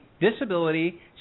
disability